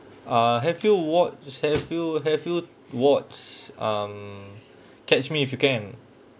uh have you watched have you have you watched um catch me if you can